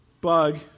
bug